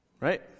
Right